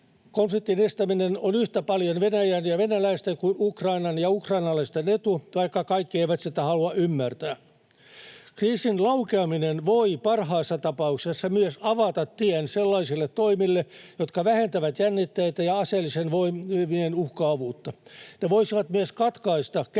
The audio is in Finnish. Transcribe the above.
Konfliktin estäminen on yhtä paljon Venäjän ja venäläisten kuin Ukrainan ja ukrainalaisten etu, vaikka kaikki eivät sitä halua ymmärtää. Kriisin laukeaminen voi parhaassa tapauksessa myös avata tien sellaisille toimille, jotka vähentävät jännitteitä ja aseellisten voimien uhkaavuutta. Ne voisivat myös katkaista käynnissä